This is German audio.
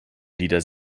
lieder